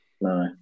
No